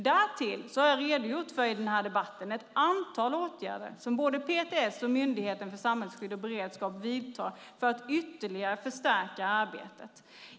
Därtill har jag i denna debatt redogjort för ett antal åtgärder som både PTS och Myndigheten för samhällsskydd och beredskap vidtar för att ytterligare förstärka arbetet.